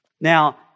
Now